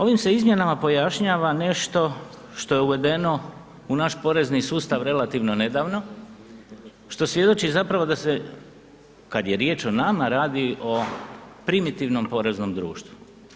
Ovim se izmjenama pojašnjava nešto što je uvedeno u naš porezni sustav relativno nedavno, što svjedoči zapravo da se kad je riječ o nama radi o primitivnom poreznom društvu.